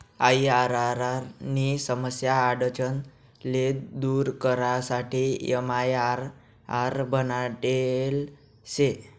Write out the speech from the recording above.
IRR नी समस्या आडचण ले दूर करासाठे एमआईआरआर बनाडेल शे